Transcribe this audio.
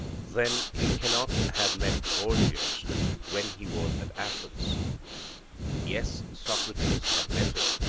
then he cannot have met gorgias when he was at athens yes, socrates had met him,